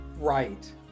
right